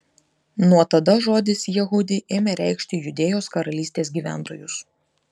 nuo tada žodis jehudi ėmė reikšti judėjos karalystės gyventojus